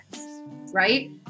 right